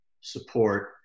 support